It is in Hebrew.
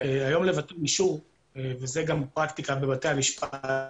היום אישור, וזאת גם פרקטיקה בבתי המשפט,